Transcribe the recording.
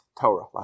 Torah